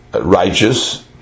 righteous